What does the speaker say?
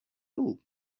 all